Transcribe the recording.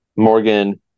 Morgan